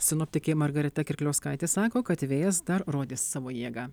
sinoptikė margarita kirkliauskaitė sako kad vėjas dar rodys savo jėgą